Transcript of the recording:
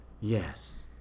Yes